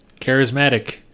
charismatic